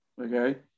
okay